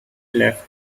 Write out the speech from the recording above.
left